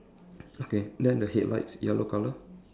okay then the headlights yellow colour